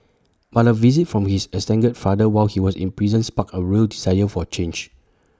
but A visit from his estranged father while he was in prison sparked A real desire for change